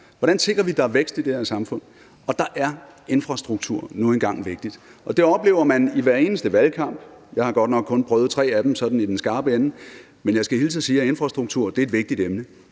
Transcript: Hvordan sikrer vi, der er vækst i det her samfund? Og der er infrastruktur nu engang vigtigt. Det oplever man i hver eneste valgkamp. Jeg har godt nok kun prøvet tre af dem sådan i den skarpe ende, men jeg skal hilse og sige, at infrastruktur er et vigtigt emne